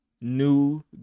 new